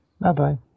bye-bye